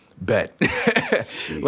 Bet